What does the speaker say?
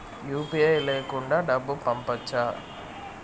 UPI లేకుండా డబ్బు పంపొచ్చా